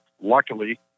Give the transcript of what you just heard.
luckily